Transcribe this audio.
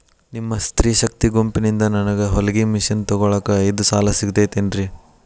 ನಿಮ್ಮ ಸ್ತ್ರೇ ಶಕ್ತಿ ಗುಂಪಿನಿಂದ ನನಗ ಹೊಲಗಿ ಮಷೇನ್ ತೊಗೋಳಾಕ್ ಐದು ಸಾಲ ಸಿಗತೈತೇನ್ರಿ?